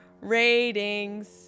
ratings